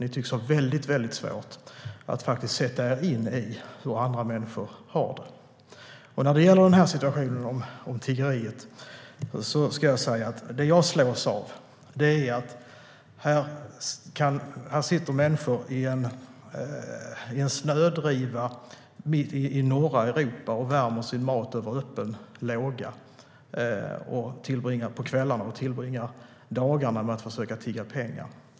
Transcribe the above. Ni tycks ha väldigt svårt att sätta er in i hur andra människor har det. När det gäller tiggeriet slås jag av att människor sitter i snödrivor i norra Europa och värmer sin mat över öppen låga på kvällarna medan de tillbringar dagarna med att tigga pengar.